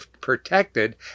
protected